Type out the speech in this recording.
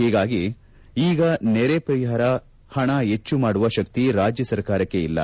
ಹೀಗಾಗಿ ಈಗ ನೆರೆ ಪರಿಹಾರ ಹಣ ಹೆಚ್ಚು ಮಾಡುವ ಶಕ್ತಿ ರಾಜ್ಯ ಸರ್ಕಾರಕ್ಷೆ ಇಲ್ಲ